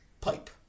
pipe